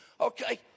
Okay